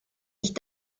ich